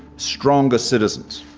stronger citizens.